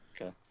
Okay